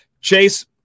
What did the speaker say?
Chase